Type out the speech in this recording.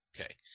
Okay